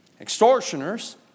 extortioners